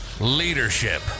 Leadership